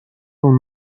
اون